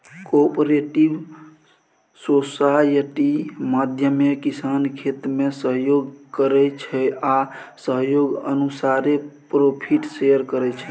cooperative society माध्यमे किसान खेतीमे सहयोग करै छै आ सहयोग अनुसारे प्रोफिट शेयर करै छै